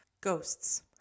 Ghosts